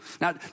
Now